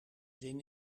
zin